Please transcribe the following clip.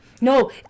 No